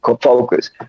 focus